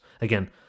Again